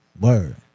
Word